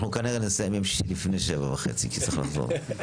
אנחנו כנראה נסיים ביום שישי לפני 19:30 כי צריך לחזור.